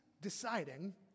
deciding